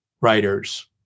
writers